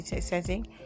setting